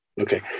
okay